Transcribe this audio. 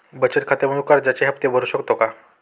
बचत खात्यामधून कर्जाचे हफ्ते भरू शकतो का?